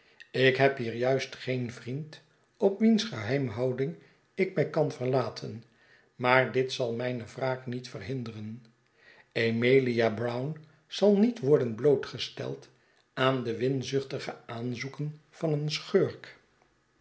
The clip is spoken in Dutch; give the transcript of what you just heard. ik heb hier juist geen vriend op wiens geheimhouding ik mij kan verlaten maar dit zal mijne wraak niet verhinderen emilia brown zal niet worden blootgesteld aan de winzuchtige aanzoeken van een schurk